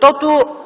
цяло.